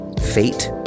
fate